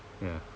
ya